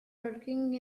working